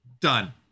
done